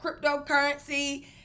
cryptocurrency